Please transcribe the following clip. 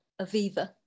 Aviva